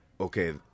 Okay